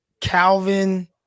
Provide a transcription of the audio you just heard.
Calvin